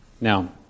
Now